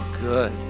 good